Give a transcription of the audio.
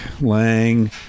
Lang